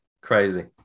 crazy